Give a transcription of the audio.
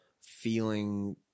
feeling